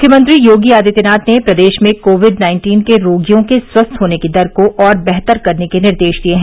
मुख्यमंत्री योगी आदित्यनाथ ने प्रदेश में कोविड नाइन्टीन के रोगियों के स्वस्थ होने की दर को और बेहतर करने के निर्देश दिए हैं